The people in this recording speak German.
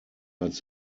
als